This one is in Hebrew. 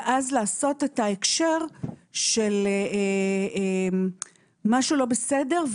ואז לעשות את ההקשר של משהו לא בסדר,